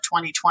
2020